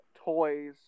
Toys